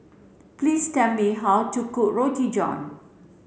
please tell me how to cook Roti John